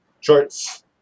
shorts